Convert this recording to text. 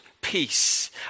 peace